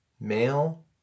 Male